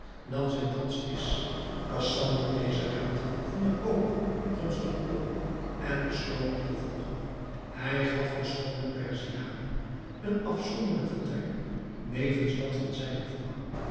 dan zij thans is khasan nam dezen raad van den koopman gunstig op en besloot dien te volgen hij gaf de schoone perziane een afzonderlijk vertrek nevens dat van zijne vrouw